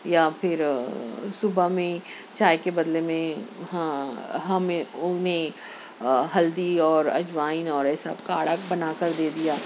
یا پھر صبح میں چائے کے بدلے میں ہاں ہمیں انہیں ہلدی اور اجوائن اور ایسا کاڑھا بنا کر دے دیا